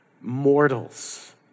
mortals